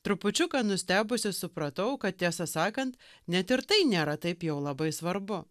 trupučiuką nustebusi supratau kad tiesą sakant net ir tai nėra taip jau labai svarbu